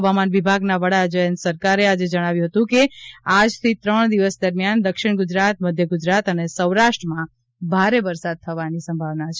હવામાન વિભાગના વડા જયંત સરકારે આજે જણાવ્યું હતું કે આજથી ત્રણ દિવસ દરમિયાન દક્ષિણ ગુજરાત મધ્ય ગુજરાત અને સૌરાષ્ટ્રમાં ભારે વરસાદ થવાની સંભાવના છે